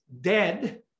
dead